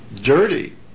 dirty